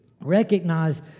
recognize